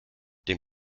dem